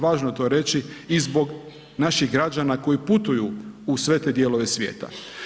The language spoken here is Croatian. Važno je to reći i zbog naših građana koji putuju u sve te dijelove svijeta.